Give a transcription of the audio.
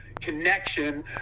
connection